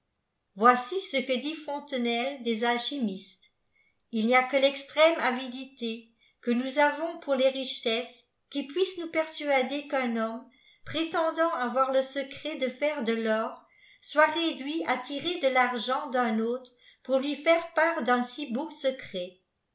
voici ce que dit fontenelle des alchimistes il n'y a qjaç l'extrême avidité que jious avons pour les richesses qui puisse nous persuader qu'un homipe prétendant avoir le secret de faiçe de l'or soit réduit à tirer de l'argent d'un autre pour lui faire part d'un si beau secret